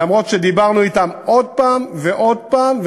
למרות שדיברנו אתם עוד פעם ועוד פעם,